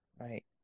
Right